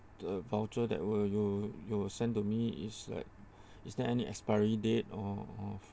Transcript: the voucher that were you you will send to me is like is there any expiry date or or